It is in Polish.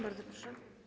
Bardzo proszę.